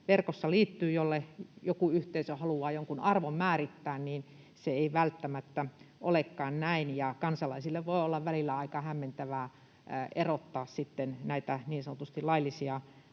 verkossa liikkuu ja jolle joku yhteisö haluaa jonkun arvon määrittää, ei välttämättä olekaan näin. Kansalaisille voi olla välillä aika hämmentävää erottaa näitä niin sanotusti laillisia